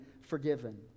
forgiven